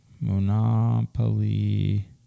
Monopoly